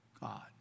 God